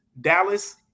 Dallas